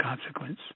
consequence